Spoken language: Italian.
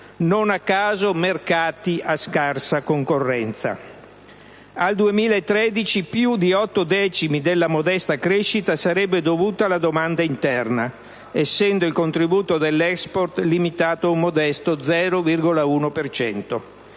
(non a caso, mercati a scarsa concorrenza). Al 2013, più di otto decimi della modesta crescita sarebbero dovuti alla domanda interna, essendo il contributo dell'*export* limitato a un modesto 0,1